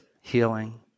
healing